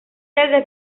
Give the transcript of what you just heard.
desde